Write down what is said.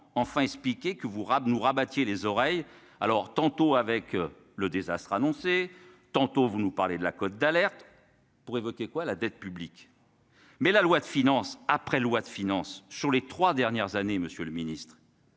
enfin expliquer que vous rappelez nous rabâcher les oreilles alors tantôt avec le désastre annoncé, tantôt vous nous parlez de la côte d'alerte pour évoquer quoi la dette publique. Mais la loi de finances après loi de finances sur les 3 dernières années, Monsieur le ministre.